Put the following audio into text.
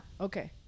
okay